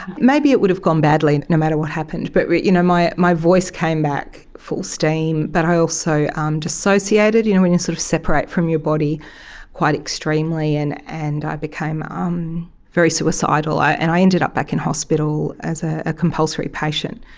maybe it would have gone badly no matter what happened, but you know my my voice came back full steam. but i also um dissociated, you know when you sort of separate from your body quite extremely, and and i became um very suicidal and i ended up back in hospital as a ah compulsory patient,